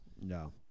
No